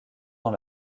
dans